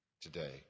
today